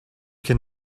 can